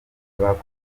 bakomeje